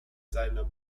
seiner